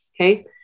okay